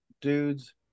Dudes